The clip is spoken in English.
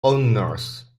owners